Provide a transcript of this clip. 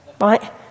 right